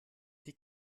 die